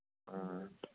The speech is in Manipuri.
ꯎꯝ